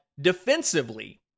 defensively